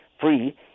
free